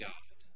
God